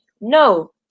No